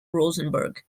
rosenberg